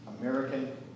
American